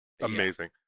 amazing